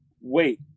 wait